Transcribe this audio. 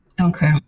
Okay